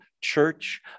church